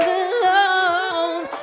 alone